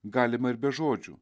galima ir be žodžių